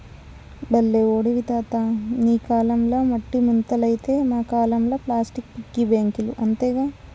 బల్లే ఓడివి తాతా నీ కాలంల మట్టి ముంతలైతే మా కాలంల ప్లాస్టిక్ పిగ్గీ బాంకీలు అంతేగా